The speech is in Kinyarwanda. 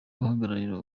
uhagararira